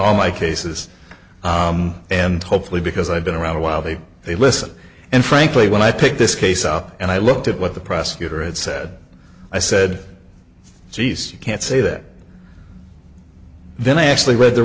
all my cases and hopefully because i've been around a while they they listen and frankly when i picked this case up and i looked at what the prosecutor it said i said so yes you can't say that then i actually read the